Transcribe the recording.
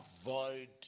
avoid